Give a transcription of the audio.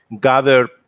gather